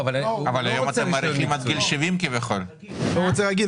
אבל היום אתם מאריכים עד גיל 70. הוא לא רוצה רישיון מקצועי,